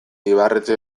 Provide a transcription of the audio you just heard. ibarretxe